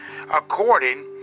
according